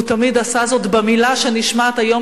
הוא תמיד עשה זאת במלה שנשמעת היום,